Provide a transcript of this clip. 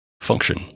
function